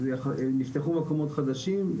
נפתחו מקומות חדשים.